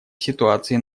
ситуации